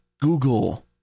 Google